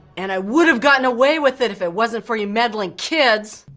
and i would've gotten away with it if it wasn't for you meddling kids.